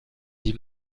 die